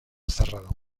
cerrado